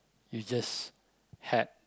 you just had